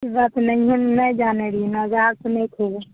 हमरा तऽ नहिए नहि जानै रहिए आबसे नहि खएबै